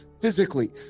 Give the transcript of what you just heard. physically